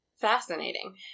Fascinating